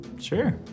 Sure